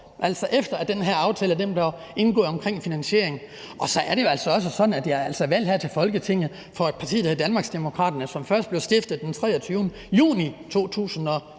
altså efter at den her aftale omkring finansiering blev indgået. Så er det jo altså også sådan, at jeg er valgt her til Folketinget for et parti, der hedder Danmarksdemokraterne, som først blev stiftet den 23. juni 2022.